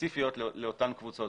ספציפיות לאותן קבוצות,